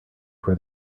where